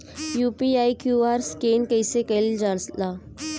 UPI QR scan कइसे कईल जा ला?